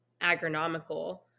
agronomical